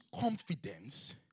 confidence